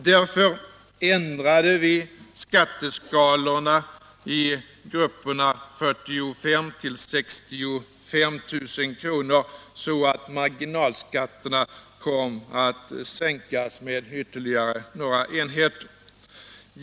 Därför ändrade vi skatteskalorna i grupperna 45 000-65 000 kr., så att marginalskatterna kom att sänkas med ytterligare några enheter.